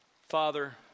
Father